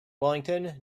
wellington